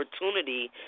opportunity